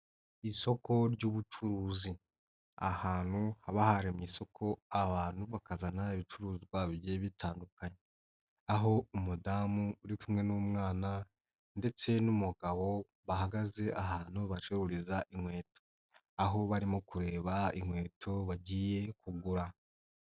Isoko ry'ubucuruzi, ahantu haba haremye isoko abantu bakazana ibicuruzwa bigiye bitandukanye, aho umudamu uri kumwe n'umwana ndetse n'umugabo, bahagaze ahantu bacururiza inkweto, aho barimo kureba inkweto bagiye kugura.